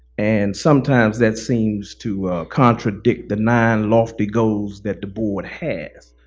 and sometimes that seems to contradict the nine lofty goals that the board has.